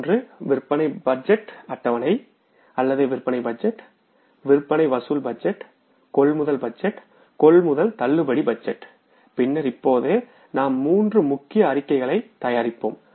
ஒன்று விற்பனை அட்டவணை அல்லது விற்பனை பட்ஜெட் விற்பனை வசூல் பட்ஜெட் கொள்முதல் பட்ஜெட் கொள்முதல் தள்ளுபடி பட்ஜெட் பின்னர் இப்போது நாம் மூன்று முக்கிய அறிக்கைகளை தயாரிப்போம்